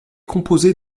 composée